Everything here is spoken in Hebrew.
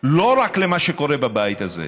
לא רק למה שקורה בבית הזה,